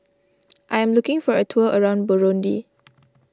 I am looking for a tour around Burundi